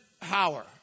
power